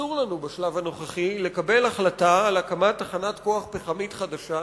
אסור לנו בשלב הנוכחי לקבל החלטה על הקמת תחנת כוח פחמית חדשה,